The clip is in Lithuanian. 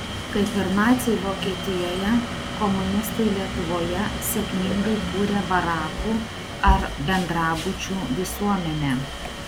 kaip ir naciai vokietijoje komunistai lietuvoje sėkmingai kūrė barakų ar bendrabučių visuomenę